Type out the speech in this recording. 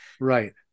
right